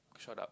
shut up